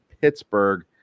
Pittsburgh